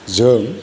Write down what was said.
जों